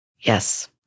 Yes